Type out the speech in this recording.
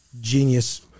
genius